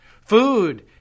Food